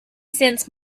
sensed